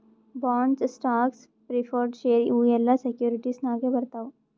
bonds, stocks, preferred share ಇವು ಎಲ್ಲಾ securities ನಾಗೆ ಬರ್ತಾವ್